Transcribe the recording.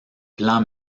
plans